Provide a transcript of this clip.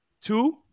Two